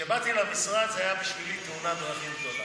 כשבאתי למשרד זו הייתה בשבילי תאונת דרכים גדולה,